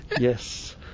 Yes